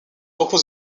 reposent